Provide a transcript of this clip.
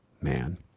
Man